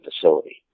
facility